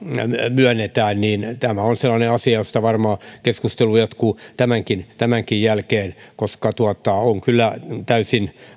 myönnetään tämä on sellainen asia josta varmaan keskustelu jatkuu tämänkin tämänkin jälkeen koska se on kyllä täysin